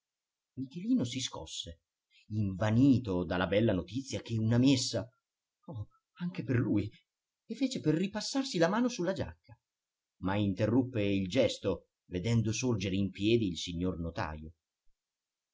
michelino michelino si scosse invanito dalla bella notizia che una messa oh anche per lui e fece per ripassarsi la mano sulla giacca ma interruppe il gesto vedendo sorgere in piedi il signor notajo